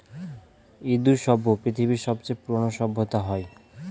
ইন্দু সভ্য পৃথিবীর সবচেয়ে পুরোনো সভ্যতা হয়